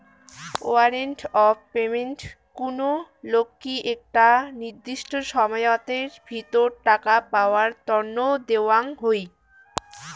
warrant of payment কুনো লোককি একটা নির্দিষ্ট সময়াতের ভিতর টাকা পাওয়ার তন্ন দেওয়াঙ হই